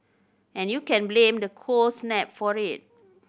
and you can blame the cold snap for it